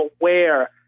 aware